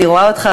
אני רואה אותך,